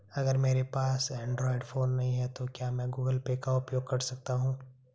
अगर मेरे पास एंड्रॉइड फोन नहीं है तो क्या मैं गूगल पे का उपयोग कर सकता हूं?